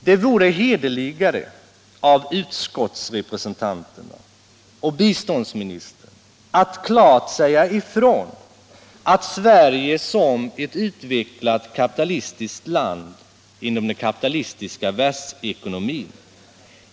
Det vore hederligare av utskottsrepresentanterna och biståndsministern att klart säga ifrån att Sverige som ett utvecklat kapitalistiskt land inom den kapitalistiska världsekonomin